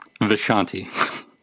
Vishanti